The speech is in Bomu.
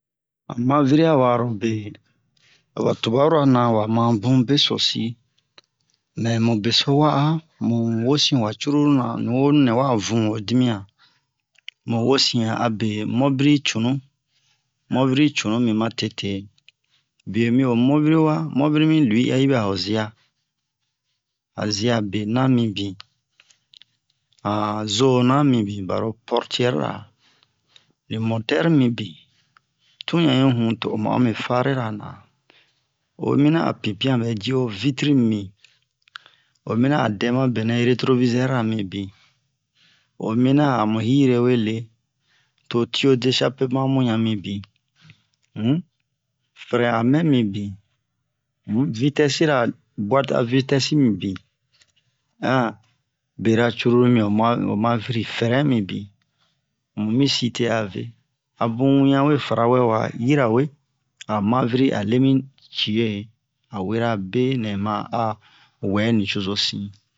han maviri ha wa'aro be oba tubara na wa mabun besu si mɛ mu beso wa'a mu wosin wa cruru na nowonu nɛ wa vu ho dimiyan mu wosin a abe mubiri cunu mobiri cunu mi ma tete bie mi ho mobiri wa moviri mi lui ahi bɛ'a ho zia han zia bana han zia bena mibin han zona mibin baro portiɛri ra ni motɛri mibin tun ɲa'i hu to o ma'o mi farira na ho mina a pipian bɛ ji'o vitri mibin o mina a dɛ ma bɛnɛ retrovizɛri ra mibin o mina amu hire we le to tio dechapema mu yan mibin um frɛn a mɛn mibin um vitɛsira buate a vitɛsi mibin bera cruru mi ho mua ho maviri fɛrɛn mibin mu mi site a ve a bu wian we fara wɛ wa yirawe a maviri a le mi cie a werabe nɛ ma a wɛ nicozo sin